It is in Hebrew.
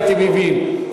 הייתי מבין.